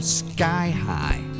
sky-high